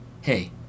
Hey